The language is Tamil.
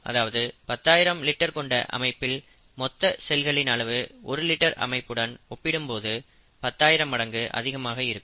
அதாவது 10000 லிட்டர் கொண்ட அமைப்பில் மொத்த செல்களின் அளவு 1 லிட்டர் அமைப்புடன் ஒப்பிடும்போது 10000 மடங்கு அதிகமாக இருக்கும்